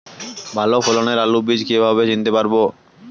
ভালো ফলনের আলু বীজ কীভাবে চিনতে পারবো?